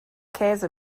käse